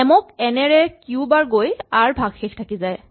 M ক N এৰে Q বাৰ গৈ আৰ ভাগশেষ থাকি যায়